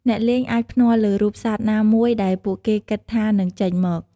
អ្នកលេងអាចភ្នាល់លើរូបសត្វណាមួយដែលពួកគេគិតថានឹងចេញមក។